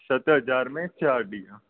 सत हज़ार में चारि ॾींहं